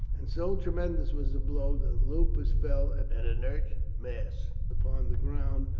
and so tremendous was the blow that lupus fell an inert mass upon the ground,